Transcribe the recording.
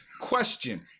Question